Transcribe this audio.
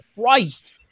Christ